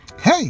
Hey